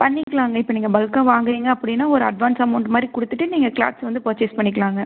பண்ணிக்கலாங்க இப்போ நீங்கள் பல்காக வாங்குறீங்க அப்படின்னா ஒரு அட்வான்ஸ் அமௌண்ட் மாதிரி கொடுத்துட்டு நீங்கள் க்ளாத்ஸ் வந்து பர்சேஸ் பண்ணிக்கலாங்க